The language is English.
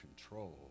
control